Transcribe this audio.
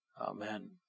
Amen